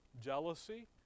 jealousy